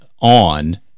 on